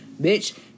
bitch